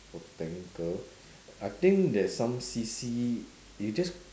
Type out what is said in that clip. botanical I think there's some C_C you just